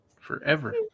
Forever